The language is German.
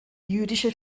jüdische